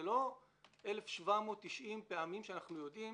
זה לא 1,790 פעמים שאנחנו יודעים